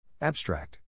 Abstract